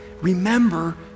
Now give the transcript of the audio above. remember